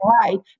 right